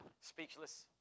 speechless